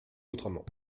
autrement